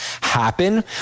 happen